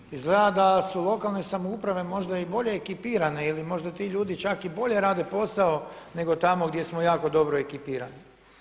Dakle, izgleda da su lokalne samouprave možda i bolje ekipirane ili možda ti ljudi čak i bolje rade posao nego tamo gdje smo jako dobro ekipirani.